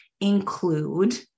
include